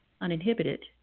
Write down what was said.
uninhibited